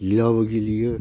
गिलाबो गेलेयो